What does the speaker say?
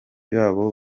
babo